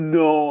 no